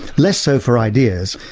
less so for ideas.